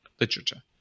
literature